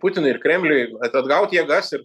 putinui ir kremliui at atgaut jėgas ir